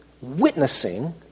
witnessing